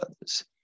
others